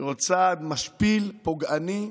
זהו צעד משפיל, פוגעני,